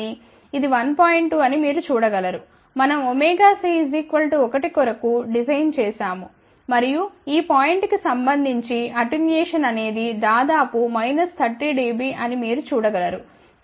2 అని మీరు చూడగలరు మనం ωc 1 కొరకు డిజైన్ చేసాము మరియు ఈ పాయింట్ కి సంబంధించి అటున్యేషన్ అనేది దాదాపు మైనస్ 30 డిబి అని మీరు చూడగలరు